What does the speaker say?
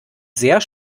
sehr